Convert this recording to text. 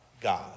God